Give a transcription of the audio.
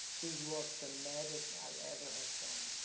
this was the maddest i ever have done.